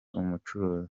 umucuruzi